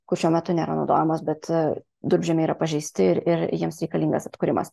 kur šiuo metu nenaudojamos bet durpžemiai yra pažeisti ir ir jiems reikalingas atkūrimas